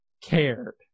cared